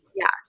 Yes